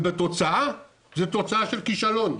והתוצאה היא תוצאה של כישלון.